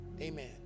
Amen